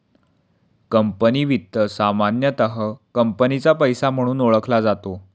company वित्त सामान्यतः कंपनीचा पैसा म्हणून ओळखला जातो